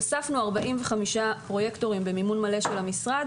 הוספנו 45 פרויקטורים במימון מלא של המשרד